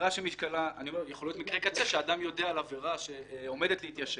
יכול להיות מקרה קצה שאדם יודע על עבירה שעומדת להתיישן,